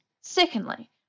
Secondly